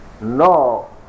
no